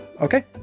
Okay